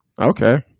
Okay